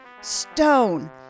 Stone